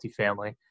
Multifamily